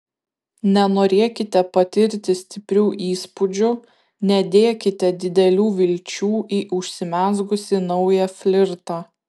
nenorėkite patirti stiprių įspūdžių nedėkite didelių vilčių į užsimezgusį naują flirtą